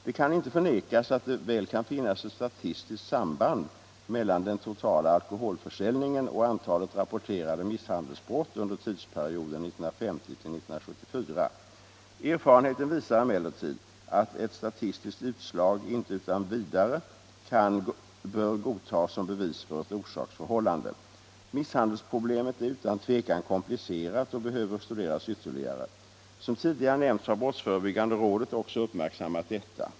Det kan inte förnekas att det väl kan finnas ett statistiskt samband mellan den totala alkoholförsäljningen och antalet rapporterade misshandelsbrott under tidsperioden 1950-1974. Erfarenheten visar emellertid att ett statistiskt utslag inte utan vidare bör godtas som bevis för ett orsaksförhållande. Misshandelsproblemet är utan tvekan komplicerat och behöver studeras ytterligare. Som tidigare nämnts har brottsförebyggande rådet också uppmärksammat detta.